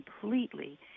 completely